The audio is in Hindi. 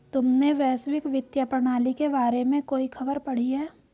तुमने वैश्विक वित्तीय प्रणाली के बारे में कोई खबर पढ़ी है?